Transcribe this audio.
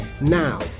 Now